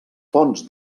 fonts